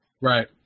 Right